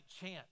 chance